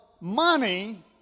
money